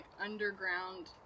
underground